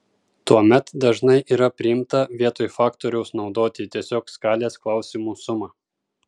tuomet dažnai yra priimta vietoj faktoriaus naudoti tiesiog skalės klausimų sumą